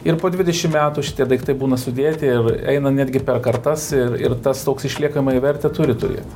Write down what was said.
ir po dvidešim metų šitie daiktai būna sudėti ir eina netgi per kartas ir ir tas toks išliekamąją vertę turi turėti